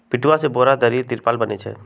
पटूआ से बोरा, दरी, तिरपाल बनै छइ